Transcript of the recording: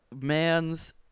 Man's